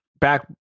back